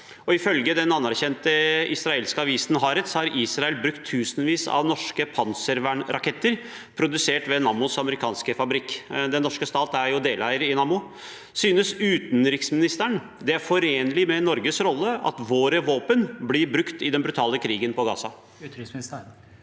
Ifølge den anerkjente israelske avisen Haaretz har Israel brukt tusenvis av norske panservernraketter, produsert ved Nammos amerikanske fabrikk. Den norske stat er jo deleier i Nammo. Synes utenriksministeren det er forenlig med Norges rolle at våre våpen blir brukt i den brutale krigen på Gaza?